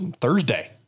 Thursday